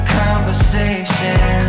conversation